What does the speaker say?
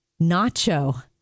nacho